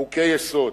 חוקי-יסוד.